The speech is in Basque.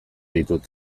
ditut